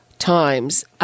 Times